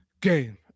Game